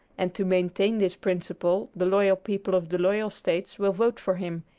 and to maintain this principle the loyal people of the loyal states will vote for him,